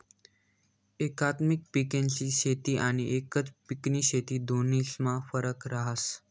एकात्मिक पिकेस्नी शेती आनी एकच पिकनी शेती दोन्हीस्मा फरक रहास